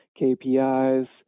KPIs